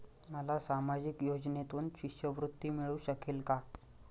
मला सामाजिक योजनेतून शिष्यवृत्ती मिळू शकेल का?